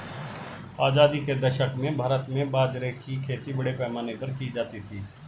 आजादी के दशक में भारत में बाजरे की खेती बड़े पैमाने पर की जाती थी